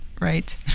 Right